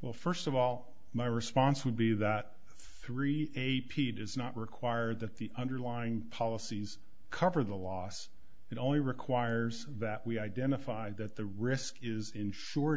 well first of all my response would be that three a p does not require that the underlying policies cover the loss it only requires that we identify that the risk is insured